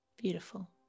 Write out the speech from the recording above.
Beautiful